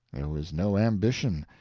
there was no ambition,